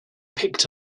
picked